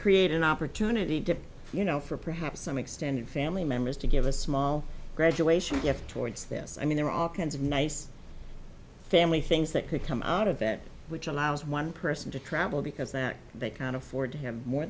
create an opportunity to you know for perhaps some extended family members to give a small graduation gift towards this i mean there are all kinds of nice family things that could come out of that which allows one person to travel because that they can afford